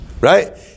Right